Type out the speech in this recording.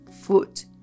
foot